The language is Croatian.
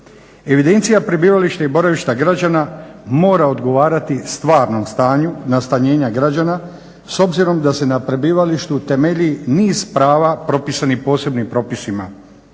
Evidencija prebivališta i boravišta građana mora odgovarati stvarnom stanju nastanjenja građana s obzirom da se na prebivalištu temelji niz prava propisanih posebnim propisima